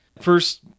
First